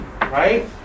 right